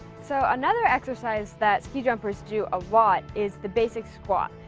so another exercise that ski jumpers do a lot is the basic squat.